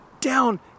down